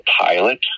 pilot